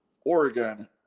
Oregon